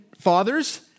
fathers